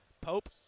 Pope